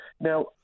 Now